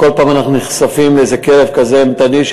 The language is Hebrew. כל פעם אנחנו נחשפים לאיזה כלב אימתני כזה